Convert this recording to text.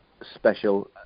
special